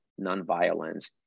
nonviolence